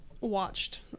watched